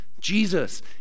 Jesus